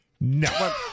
No